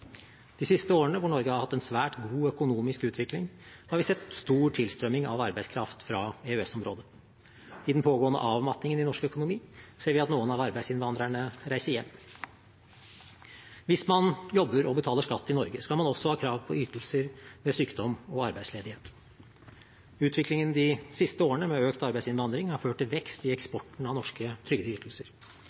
De siste årene, da Norge har hatt en svært god økonomisk utvikling, har vi sett stor tilstrømning av arbeidskraft fra EØS-området. I den pågående avmattingen i norsk økonomi ser vi at noen av arbeidsinnvandrerne reiser hjem. Hvis man jobber og betaler skatt i Norge, skal man også ha krav på ytelser ved sykdom og arbeidsledighet. Utviklingen de siste årene med økt arbeidsinnvandring har ført til vekst i eksporten av norske